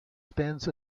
spends